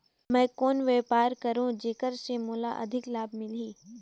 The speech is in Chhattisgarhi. मैं कौन व्यापार करो जेकर से मोला अधिक लाभ मिलही?